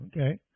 Okay